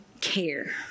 care